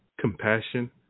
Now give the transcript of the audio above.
compassion